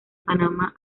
panamá